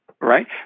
Right